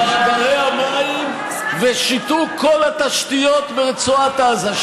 מאגרי המים ושיתוק כל התשתיות ברצועת עזה.